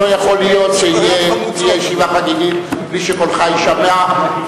לא יכול להיות שתהיה ישיבה חגיגית בלי שקולך יישמע,